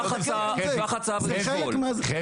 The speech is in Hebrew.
אני לא מכריח כלום.